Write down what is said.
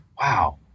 wow